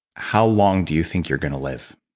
how long do you think you're going to live?